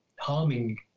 harming